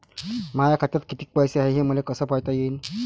माया खात्यात कितीक पैसे हाय, हे मले कस पायता येईन?